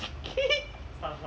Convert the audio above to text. okay